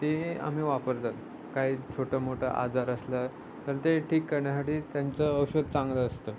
ते आम्ही वापरतात काही छोटं मोठं आजार असलं तर ते ठीक करण्यासाठी त्यांचं औषध चांगलं असतं